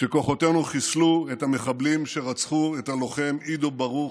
כשכוחותינו חיסלו את המחבלים שרצחו את הלוחם עידו ברוך,